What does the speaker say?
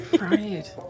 Right